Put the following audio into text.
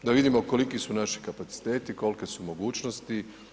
Da vidimo koliki su naši kapaciteti, kolike su mogućnosti.